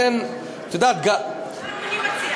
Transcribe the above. מה אדוני מציע?